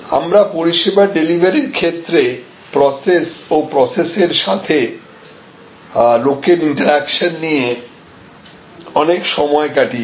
আমরা পরিষেবা ডেলিভারির ক্ষেত্রে প্রসেস ও প্রসেস এর সাথে লোকের ইন্টারেকশন নিয়ে অনেক সময় কাটিয়েছি